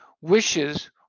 Wishes